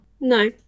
No